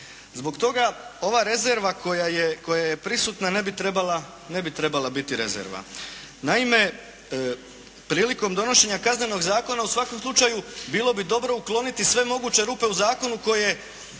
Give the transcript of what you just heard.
Zbog toga ova rezerva koja je prisutna ne bi trebala biti rezerva. Naime, prilikom donošenja Kaznenog zakona u svakom slučaju bilo bi dobro ukloniti sve moguće rupe u zakonu koje